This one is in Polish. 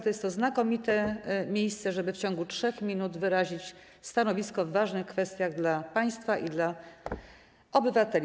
To jest to znakomite miejsce, żeby w ciągu 3 minut wyrazić stanowisko w kwestiach ważnych dla państwa i dla obywateli.